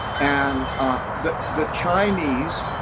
and the the chinese,